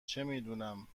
چمیدونم